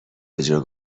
اجرا